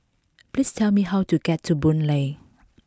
please tell me how to get to Boon Lay